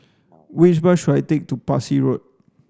which bus should I take to Parsi Road